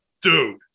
dude